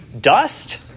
dust